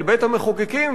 על בית-המחוקקים,